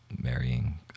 marrying